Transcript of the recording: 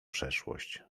przeszłość